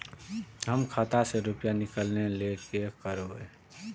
हम खाता से रुपया निकले के लेल की करबे?